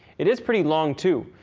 it is pretty long too,